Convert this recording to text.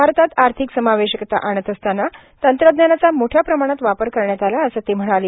भारतात आर्थिक समावेशकता आणत असताना तंत्रज्ञानाचा मोठ्या प्रमाणात वापर करण्यात आला असं ते म्हणाले